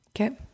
Okay